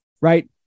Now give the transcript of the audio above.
right